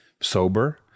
sober